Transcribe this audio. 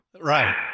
Right